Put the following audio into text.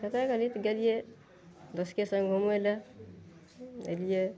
कतऽ गेलियै तऽ गेलियै दोस्तके सङ्ग घूमय लए अयलियै